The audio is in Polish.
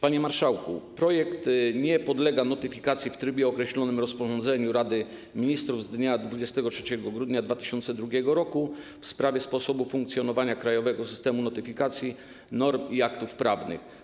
Panie marszałku, projekt nie podlega notyfikacji w trybie określonym w rozporządzeniu Rady Ministrów z dnia 23 grudnia 2002 r. w sprawie sposobu funkcjonowania krajowego systemu notyfikacji norm i aktów prawnych.